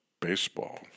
Baseball